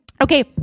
Okay